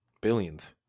Billions